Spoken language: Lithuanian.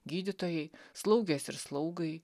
gydytojai slaugės ir slaugai